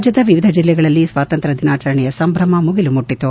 ರಾಜ್ಯದ ವಿವಿಧ ಜೆಲ್ಲೆಗಳಲ್ಲಿ ಸ್ವಾತಂತ್ರ್ಯ ದಿನಾಚರಣೆಯ ಸಂಭ್ರಮ ಮುಗಿಲು ಮುಟ್ಟಿತು